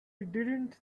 didn’t